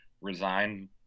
resigned